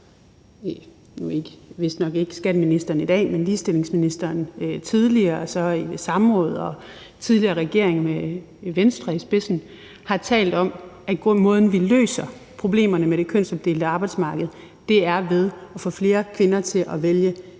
at andre – vistnok ikke skatteministeren i dag, men både ligestillingsministeren i et tidligere samråd og den tidligere regering med Venstre i spidsen – har talt om, at måden, vi løser problemerne med det kønsopdelte arbejdsmarked på, er ved at få flere kvinder til at vælge